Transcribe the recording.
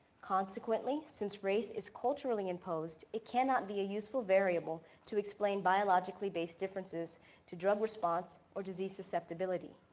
consequently, since race is culturally imposed, it cannot be a useful variable to explain biologically based differences to drug response or disease susceptibility.